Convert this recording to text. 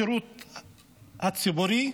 בשירות הציבורי.